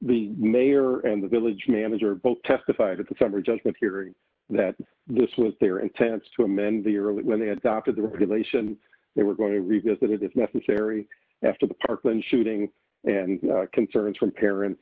the mayor and the village manager both testified at the summary judgment hearing that this was their intent to amend the earlier when they adopted the regulation they were going to revisit it if necessary after the parklane shooting and concerns from parents